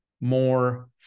more